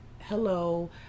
Hello